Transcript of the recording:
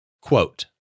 Quote